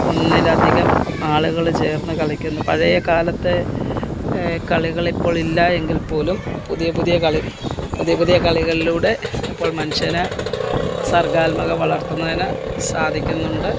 ഒന്നിൽ അധികം ആളുകൾ ചേർന്ന് കളിക്കുന്ന പഴയ കാലത്തെ കളികൾ ഇപ്പോഴില്ല എങ്കിൽ പോലും പുതിയ പുതിയ കളി പുതിയ പുതിയ കളികളിലൂടെ ഇപ്പോൾ മനുഷ്യന് സർഗ്ഗാത്മക വളർത്തുന്നതിന് സാധിക്കുന്നുണ്ട്